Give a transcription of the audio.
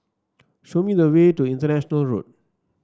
show me the way to International Road